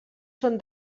són